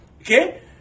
Okay